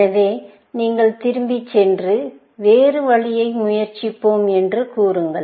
எனவே நீங்கள் திரும்பிச் சென்று வேறு வழியை முயற்சிப்போம் என்று கூறுங்கள்